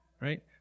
right